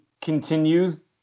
continues